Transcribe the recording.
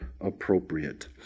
appropriate